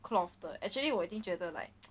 cloth the actually 我也是觉得 like